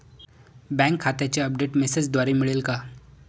Bank खात्याचे update मेसेजद्वारे मिळेल का?